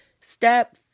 Step